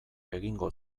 egingo